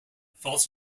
false